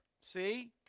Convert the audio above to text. See